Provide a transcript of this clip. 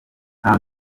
nta